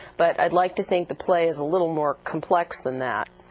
but i'd like to think the play is a little more complex than that.